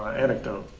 anecdote.